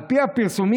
על פי הפרסומים,